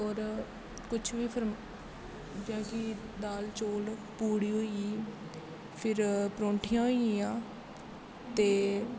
होर कुछ बी फ्रूट दाल चौल पूड़ी होई गेई फिर परोंठियां होइयां ते